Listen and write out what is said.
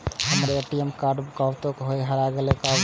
हमर ATM card कतहो अगर हेराय गले ते की करबे?